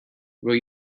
will